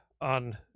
on